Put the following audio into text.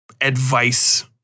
advice